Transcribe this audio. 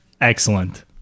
excellent